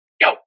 Yo